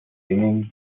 singing